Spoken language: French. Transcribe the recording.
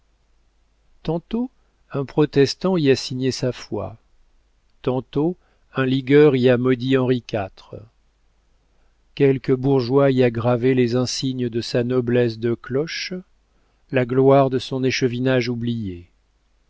tantôt un protestant y a signé sa foi tantôt un ligueur y a maudit henri iv quelque bourgeois y a gravé les insignes de sa noblesse de cloches la gloire de son échevinage oublié